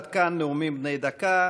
עד כאן נאומים בני דקה.